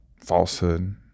falsehood